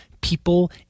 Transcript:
people